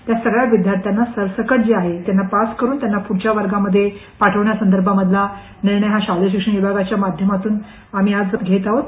त्या सगळ्या विद्यार्थ्यांना सरसकट जे आहे त्यांना पास करुन त्यांना पुढच्या वर्गामध्ये पाठवण्या संदर्भामधला निर्णय हा शालेय शिक्षण विभागाच्या माध्यमातून आम्ही आज घेत आहोत